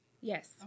Yes